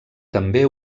també